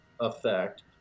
effect